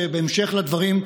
ובהמשך לדברים,